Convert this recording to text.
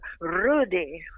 Rudy